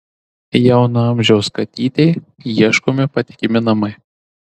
jauno amžiaus katytei ieškomi patikimi namai